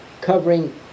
covering